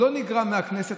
לא נגרע מהכנסת,